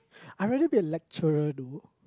I rather be a lecturer though